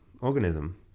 organism